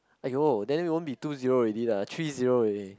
!aiyo! then won't be two zero already lah three zero eady